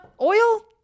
Oil